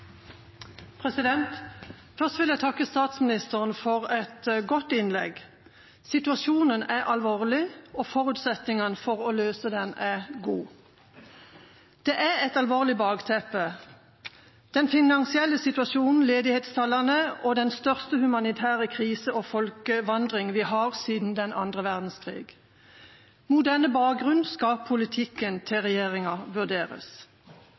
alvorlig, og forutsetningene for å løse den er gode. Det er et alvorlig bakteppe: den finansielle situasjonen, ledighetstallene og den største humanitære krise og folkevandring vi har hatt siden annen verdenskrig. Mot denne bakgrunn skal politikken til regjeringa vurderes.